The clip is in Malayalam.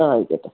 ആ ആയിക്കോട്ടെ